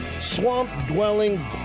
swamp-dwelling